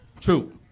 True